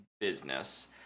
business